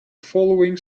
following